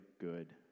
good